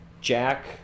Jack